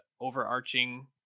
overarching